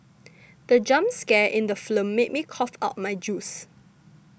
the jump scare in the film made me cough out my juice